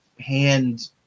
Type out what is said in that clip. hand